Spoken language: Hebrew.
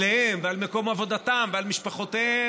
עליהם ועל מקום עבודתם ועל משפחותיהם.